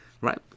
right